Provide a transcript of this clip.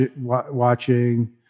watching